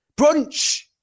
Brunch